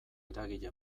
eragile